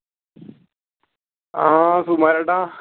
ആ സുകുമാരേട്ടാ